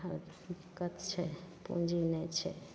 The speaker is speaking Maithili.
आओर दिक्कत छै पूँजी नहि छै